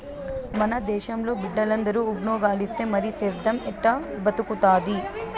మన దేశంలో బిడ్డలందరూ ఉజ్జోగాలిస్తే మరి సేద్దెం ఎట్టా బతుకుతాది